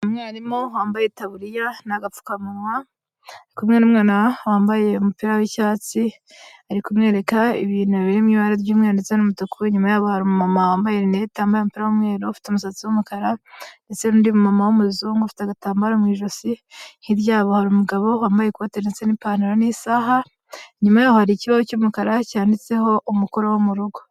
Umwarimu wambaye itaburiya n'agapfukamunwa ari kumwe n'umwana wambaye umupira w'icyatsi ari kumwereka ibintu biri mu ibara ry'umweru ndetse n'umutuku, inyuma yabo hari umumama wambaye linete yambaye umupira w'umweru ufite umusatsi w'umukara, ndetse n'undi mumama w'umuzungu ufite agatambaro mu ijosi, hirya yabo hari umugabo wambaye ikote ndetse n'ipantaro n'isaha, inyuma yaho hari ikibaho cy'umukara cyanditseho umukoro wo mu rugo.